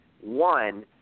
One